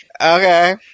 Okay